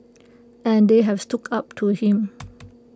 and they have stood up to him